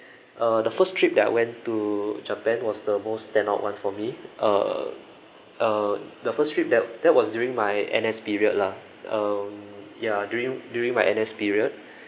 uh the first trip that I went to japan was the most standout one for me uh uh the first trip that that was during my N_S period lah um ya during during my N_S period